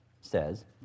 says